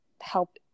help